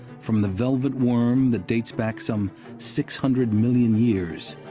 from the velvet worm that dates back some six hundred million years,